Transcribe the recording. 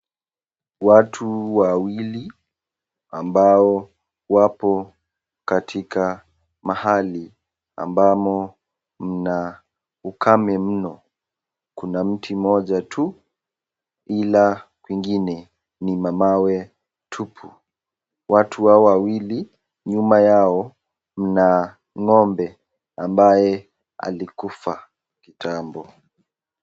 Watu wawili ambao wapo katika mahali ambamo mna ukame mno. Kuna mti mmoja tu, ila kwingine ni mawe tupu. Watu hawa wawili nyuma yao, mna ng'ombe ambaye alikufa kitambo.